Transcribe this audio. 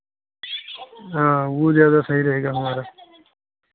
हाँ वो ज़्यादा सही रहेगा हमारा